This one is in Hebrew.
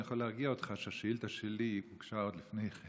אני יכול להרגיע אותך שהשאילתה שלי הוגשה עוד לפני כן,